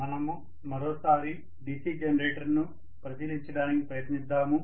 మనము మరోసారి DC జనరేటర్ను పరిశీలించడానికి ప్రయత్నిద్దాము